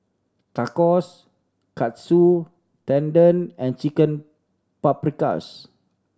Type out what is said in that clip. Tacos Katsu Tendon and Chicken Paprikas